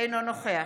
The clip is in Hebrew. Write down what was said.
אינו נוכח